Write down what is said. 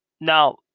Now